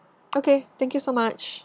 okay thank you so much